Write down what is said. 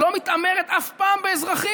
שלא מתעמרת אף פעם באזרחים.